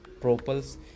propels